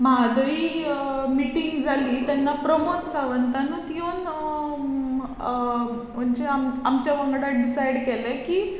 Mhadei meeting जाली तेन्ना प्रमोद सावंतानूय येवन म्हणजे आमचे वांगडा डिसायड केलें की